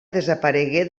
desaparegué